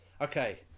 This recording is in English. Okay